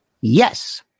Yes